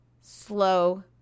slow